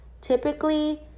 typically